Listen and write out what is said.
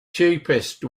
cheapest